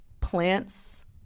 plants